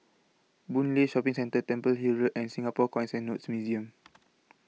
Boon Lay Shopping Centre Temple Hill Road and Singapore Coins and Notes Museum